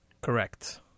Correct